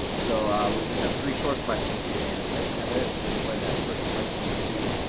so we just have three short questions for you to answer. heather, display that first question, please.